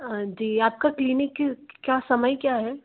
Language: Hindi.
हाँ जी आपके क्लीनिक का क्या समय क्या है